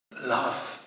Love